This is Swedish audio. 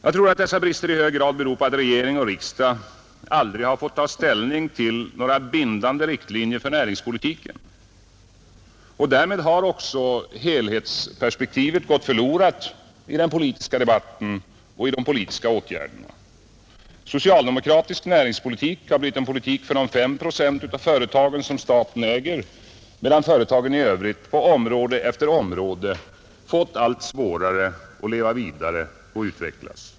Jag tror att dessa brister i hög grad beror på att regering och riksdag aldrig fått ta ställning till några bindande riktlinjer för näringspolitiken. Därmed har också helhetsperspektivet i den politiska debatten och i de politiska åtgärderna gått förlorat. Socialdemokratisk näringspolitik har blivit en politik för de fem procent av företagen som staten äger, medan företagen i övrigt på område efter område fått allt svårare att leva vidare och utvecklas.